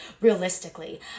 realistically